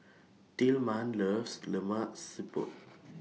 Tillman loves Lemak Siput